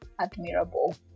admirable